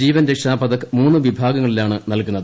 ജീവൻരക്ഷാ പതക് മൂന്ന് വിഭാഗ്രങ്ങളിലാണ് നൽകുന്നത്